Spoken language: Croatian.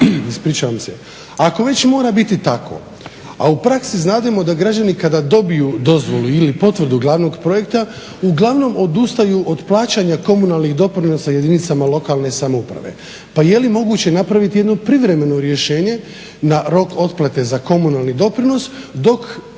Međutim, ako već mora biti tako, a u praksi znademo da građani kada dobiju dozvolu ili potvrdu glavnog projekta uglavnom odustaju od plaćanja komunalnih doprinosa jedinicama lokalne samouprave. Pa je li moguće napraviti jedno privremeno rješenje na rok otplate za komunalni doprinos dok